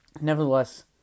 Nevertheless